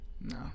no